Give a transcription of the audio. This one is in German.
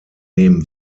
neben